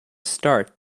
start